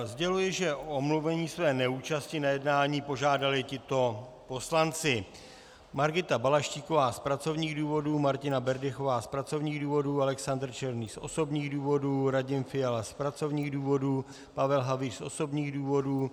Sděluji, že o omluvení své neúčasti na jednání požádali tito poslanci: Margita Balaštíková z pracovních důvodů, Martina Berdychová z pracovních důvodů, Alexander Černý z osobních důvodů, Radim Fiala z pracovních důvodů, Pavel Havíř z osobních důvodů.